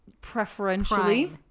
preferentially